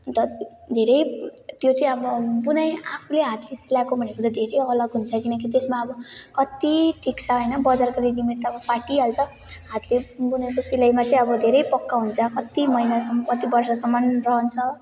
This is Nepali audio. अन्त धेरै त्यो चाहिँ अब बुनाइ आफ्नै हातले सिलाएको भनेको त धेरै अलग हुन्छ किनकि त्यसमा अब कत्ति टिक्छ होइन बजारको रेडिमेड त अब फाटिहाल्छ हातले बुनेको सिलाइमा चाहिँ अब धेरै पक्का हुन्छ कत्ति महिनासम्म कति वर्षसम्म रहन्छ